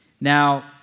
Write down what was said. Now